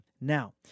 Now